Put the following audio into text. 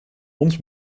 ons